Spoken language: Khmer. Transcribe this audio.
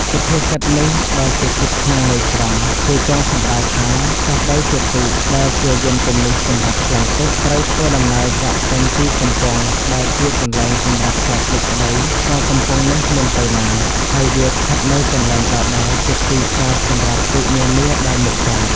សុភាសិតនេះ បើគេគិតក្នុងន័យត្រង់ គឺចង់សំដៅថា ទោះបីជាទូក ដែលជាយាន្តជំនិះសម្រាប់ឆ្លងទឹក ត្រូវធ្វើដំណើរចាកចេញពីកំពង់ដែលជាកន្លែងសម្រាប់ចតទូកក្ដី ក៏កំពង់នោះមិនទៅណា ហើយវាស្ថិតនៅកន្លែងដដែលជាទីចតសម្រាប់ទូកនានាដែលមកចត។